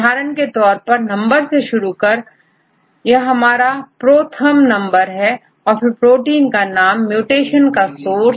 उदाहरण के तौर पर नंबर से शुरू कर यह हमाराProTherm नंबर है फिर प्रोटीन का नाम म्यूटेशन का सोर्स